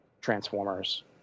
Transformers